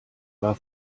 war